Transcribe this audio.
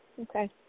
Okay